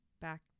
Back